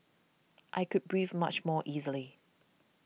I could breathe much more easily